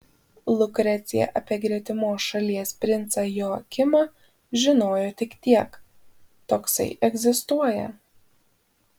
lukrecija apie gretimos šalies princą joakimą žinojo tik tiek toksai egzistuoja